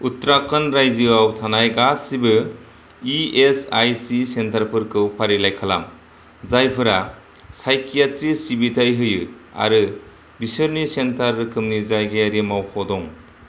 उत्तराखन्ड रायजोआव थानाय गासिबो इ एस आइ सि सेन्टारफोरखौ फारिलाइ खालाम जायफोरा साइकियाट्रि सिबिथाय होयो आरो बिसोरनि सेन्टार रोखोमनि जायगायारि मावख' दं